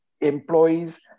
employees